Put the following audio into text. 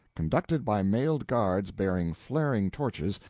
conducted by mailed guards bearing flaring torches,